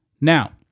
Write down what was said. Now